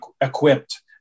equipped